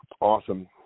Awesome